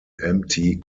empty